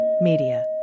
Media